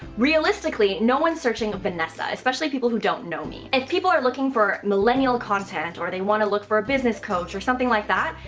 realistically, no one is searching of vanessa, especially people who don't know me. and people are looking for millennial content, or they want to look for a business coach, or something like that,